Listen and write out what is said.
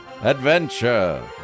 adventure